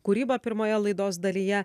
kūrybą pirmoje laidos dalyje